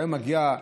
כשהיו מגיעים